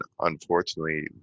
unfortunately